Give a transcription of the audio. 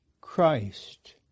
Christ